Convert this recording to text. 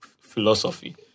Philosophy